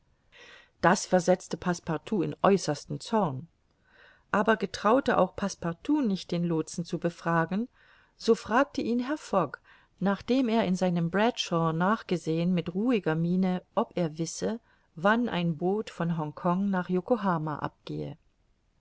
das versetzte passepartout in äußersten zorn aber getraute auch passepartout nicht den lootsen zu befragen so fragte ihn herr fogg nachdem er in seinem bradshaw nachgesehen mit ruhiger miene ob er wisse wann ein boot von hongkong nach yokohama abgehe